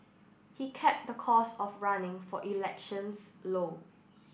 he kept the cost of running for elections low